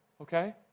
Okay